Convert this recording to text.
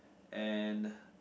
and